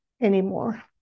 anymore